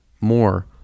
more